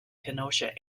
kenosha